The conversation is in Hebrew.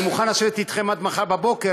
אני מוכן לשבת אתכם עד מחר בבוקר,